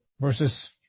versus